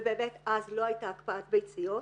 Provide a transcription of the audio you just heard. ובאמת אז לא הייתה הקפאת ביציות.